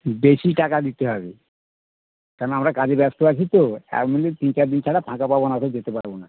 বেশি টাকা দিতে হবে কারণ আমরা কাজে ব্যস্ত আছি তো এখনই তিন চার দিন ছাড়া ফাঁকা পাব না এখন যেতে পারবো না